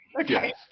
Okay